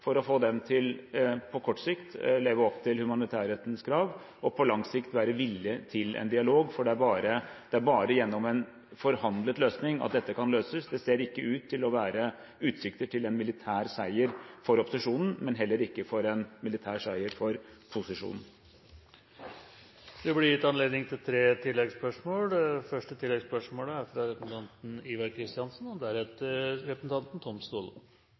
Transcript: for å få dem til på kort sikt å leve opp til humanitetens grad, og på lang sikt være villige til en dialog, for det er bare gjennom en forhandlet løsning at dette kan løses. Det ser ikke ut til å være utsikter til en militær seier for opposisjonen, men heller ikke til en militær seier for posisjonen. Det blir gitt anledning til tre oppfølgingsspørsmål – først Ivar Kristiansen. Det er all grunn til å ønske utenriksministeren lykke til med sine samtaler med Lavrov, og